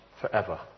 forever